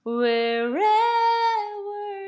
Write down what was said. wherever